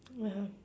(uh huh)